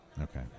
Okay